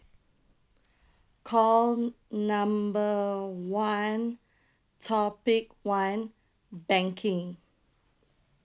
call number one topic one banking